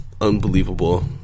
unbelievable